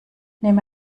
nehme